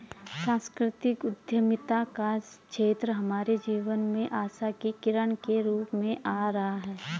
सांस्कृतिक उद्यमिता का क्षेत्र हमारे जीवन में आशा की किरण के रूप में आ रहा है